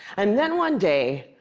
and then one day,